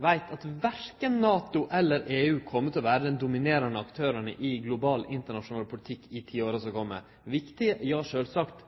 veit at verken NATO eller EU kjem til å vere dei dominerande aktørane i global internasjonal politikk i tiåra som kjem. Viktige, ja sjølvsagt,